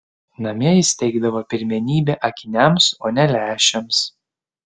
namie jis teikdavo pirmenybę akiniams o ne lęšiams